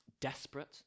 desperate